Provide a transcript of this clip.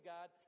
God